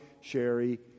Sherry